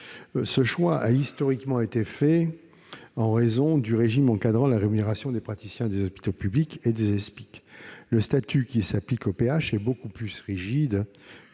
Ce choix a historiquement été fait en raison du régime encadrant la rémunération des praticiens des hôpitaux publics et des Espic : le statut qui s'applique aux praticiens